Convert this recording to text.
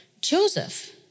Joseph